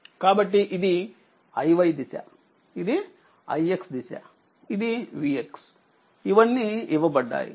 కాబట్టి ఇదిiy దిశ ఇదిix దిశ ఇది Vx ఇవన్నీ ఇవ్వబడ్డాయి మరియు ఇది నోడ్ A